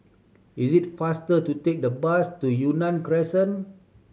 it is faster to take the bus to Yunnan Crescent